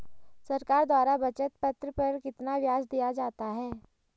सरकार द्वारा बचत पत्र पर कितना ब्याज दिया जाता है?